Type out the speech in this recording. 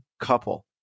couple